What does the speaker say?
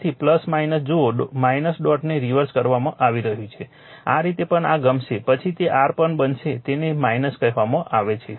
તેથી જુઓ ડોટને રિવર્સ કરવામાં આવી રહ્યું છે આ રીતે પણ આ ગમશે પછી તે r પણ બનશે તેને કહેવામાં આવે છે